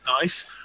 nice